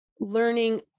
learning